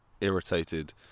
irritated